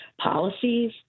policies